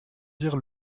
dire